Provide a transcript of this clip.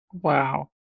Wow